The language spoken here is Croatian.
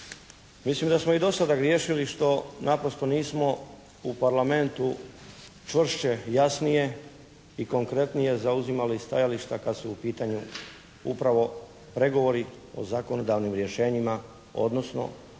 Mislim da smo i do sada griješili što naprosto nismo u Parlamentu čvršće, jasnije i konkretnije zauzimali stajališta kad su u pitanju upravo pregovori o zakonodavnim rješenjima odnosno